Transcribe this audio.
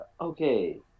Okay